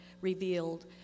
revealed